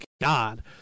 God